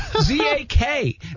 Z-A-K